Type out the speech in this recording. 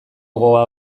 gogoa